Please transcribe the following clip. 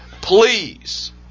Please